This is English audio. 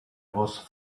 was